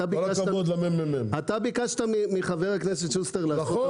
אתה ביקשת מחבר הכנסת שוסטר לעשות את הבדיקה.